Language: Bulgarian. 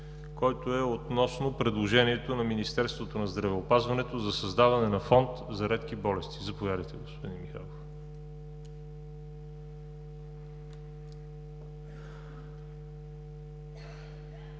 който е относно предложението на Министерството на здравеопазването за създаване на Фонд за редки болести. Заповядайте, господин Михайлов.